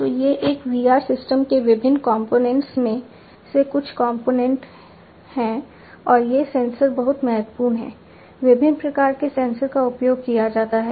तो ये एक VR सिस्टम के विभिन्न कंपोनेंट्स हैं और ये सेंसर बहुत महत्वपूर्ण हैं विभिन्न प्रकार के सेंसर का उपयोग किया जाता है